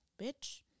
bitch